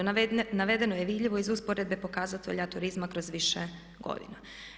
Navedeno je vidljivo iz usporedbe pokazatelja turizma kroz više godina.